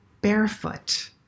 barefoot